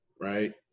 right